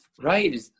Right